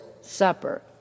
Supper